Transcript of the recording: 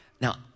Now